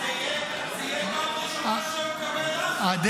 זו תהיה פעם ראשונה שהוא יקבל לחץ.